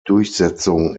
durchsetzung